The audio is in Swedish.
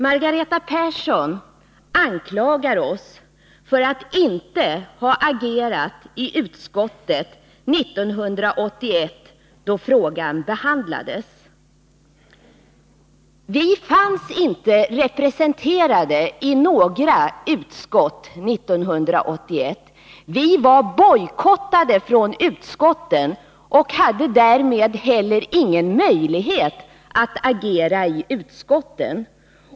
Margareta Persson anklagar oss för att inte ha agerat då frågan behandlades i utskottet 1981. Men vi fanns inte representerade i några utskott 1981! Vi var bojkottade från utskotten och hade därmed ingen möjlighet att agera där.